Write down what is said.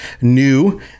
new